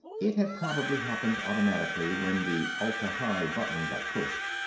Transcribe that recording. it had probably happened automatically when the atla-hi button got pushed.